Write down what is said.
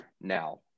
now